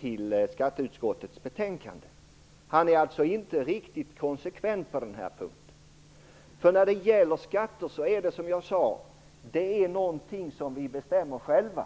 till skatteutskottets betänkande. Han är alltså inte riktigt konsekvent på den punkten. Skatter är, som jag sade, någonting som vi bestämmer själva.